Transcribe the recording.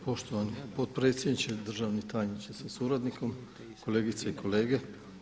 Poštovan potpredsjedniče, državni tajniče sa suradnikom, kolegice i kolege.